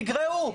נגרעו.